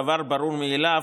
דבר ברור מאליו,